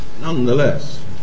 nonetheless